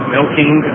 Milking